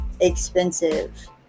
expensive